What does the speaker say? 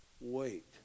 wait